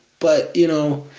but you know,